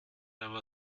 aber